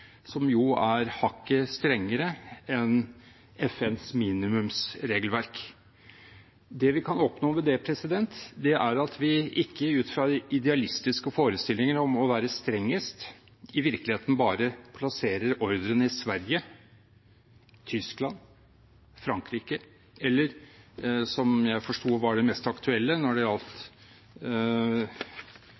som jo er hakket strengere enn FNs minimumsregelverk. Det vi kan oppnå ved det, er at vi ikke, ut fra idealistiske forestillinger om å være strengest, i virkeligheten bare plasserer ordren i Sverige, Tyskland, Frankrike eller – som jeg forsto var det mest aktuelle når det gjaldt